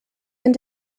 and